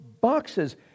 boxes